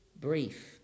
brief